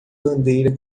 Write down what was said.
bandeira